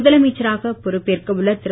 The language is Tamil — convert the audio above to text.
முதலமைச்சராக பொறுப்பேற்கவுள்ள திரு